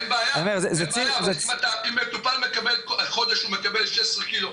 אין בעיה אבל אם מטופל מקבל חודש הוא מקבל 16 ק"ג.